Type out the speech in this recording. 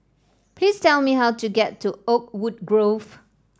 please tell me how to get to Oakwood Grove